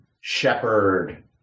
shepherd